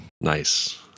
Nice